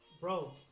bro